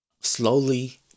Slowly